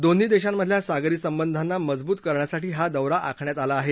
दोन्ही देशांमधल्या सागरी संबंधांना मजबूत करण्यासाठी हा दौरा आखण्यात आला आहे